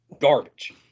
garbage